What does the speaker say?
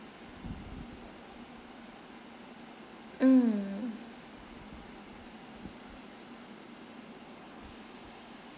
mm